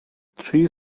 three